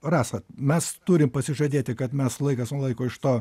rasa mes turim pasižadėti kad mes laikas nuo laiko iš to